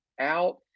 out